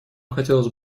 хотелось